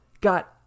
got